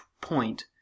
point